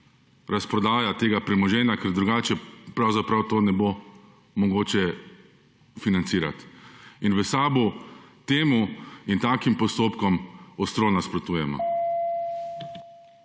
razprodaja tega premoženja, ker drugače pravzaprav to ne bo mogoče financirati. In v SAB temu in takim postopkom ostro nasprotujemo.